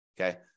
okay